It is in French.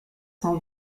cent